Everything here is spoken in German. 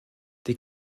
die